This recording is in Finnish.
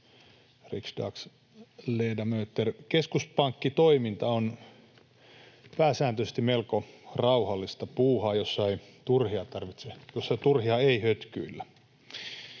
Riksdagsledamöter! Keskuspankkitoiminta on pääsääntöisesti melko rauhallista puuhaa, jossa turhia ei hötkyillä.